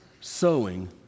sowing